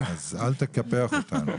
אז אל תקפח אותנו.